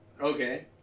Okay